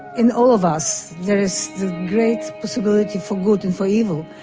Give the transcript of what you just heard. in all of us there is a great possibility for good and for evil.